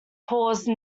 cause